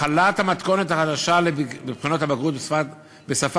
החלת המתכונת החדשה של בחינת הבגרות בשפה